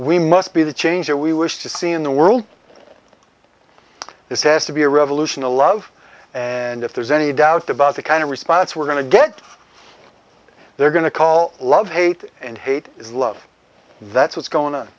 we must be the change that we wish to see in the world this has to be a revolution to love and if there's any doubt about the kind of response we're going to get they're going to call love hate and hate is love that's what's going on